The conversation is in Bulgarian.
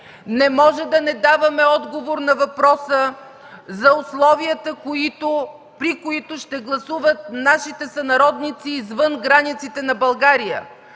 Не може да не даваме отговор на въпроса за условията, при които ще гласуват нашите сънародници извън границите на България.